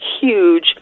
huge